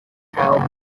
have